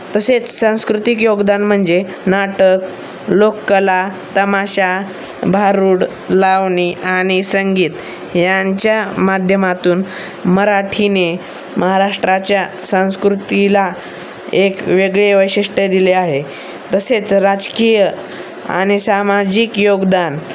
तसेच सांस्कृतिक योगदान म्हणजे नाटक लोककला तमाशा भारुड लावणी आणि संगीत यांच्या माध्यमातून मराठीने महाराष्ट्राच्या संस्कृतीला एक वेगळे वैशिष्ट्य दिले आहे तसेच राजकीय आणि सामाजिक योगदान